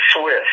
Swiss